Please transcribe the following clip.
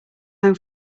home